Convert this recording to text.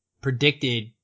predicted